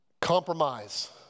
Compromise